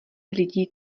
lidí